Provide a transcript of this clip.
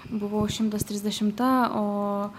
buvau šimtas trisdešimta o